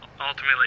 ultimately